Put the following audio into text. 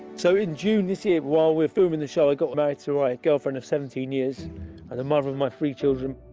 so in june this year, while we were filming the show, i got married to my girlfriend of seventeen years, and the mother of my three children.